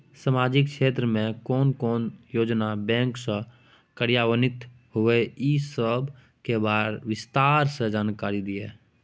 सामाजिक क्षेत्र के कोन कोन योजना बैंक स कार्यान्वित होय इ सब के विस्तार स जानकारी दिय?